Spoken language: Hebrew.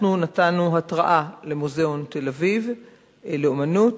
אנחנו נתנו התראה למוזיאון תל-אביב לאמנות,